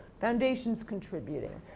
foundations contributing,